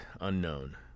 unknown